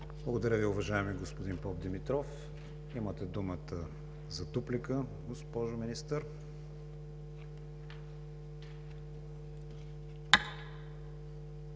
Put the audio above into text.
Благодаря Ви, уважаеми господин Динков. Имате думата за дуплика, господин Министър.